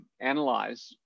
analyze